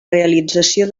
realització